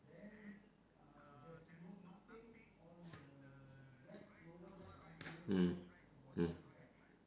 mm mm